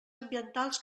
ambientals